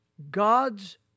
God's